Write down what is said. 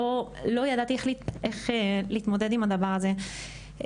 לא ידעתי איך להתמודד עם הדבר הזה,